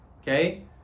Okay